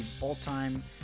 all-time